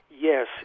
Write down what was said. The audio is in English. Yes